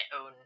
own